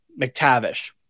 McTavish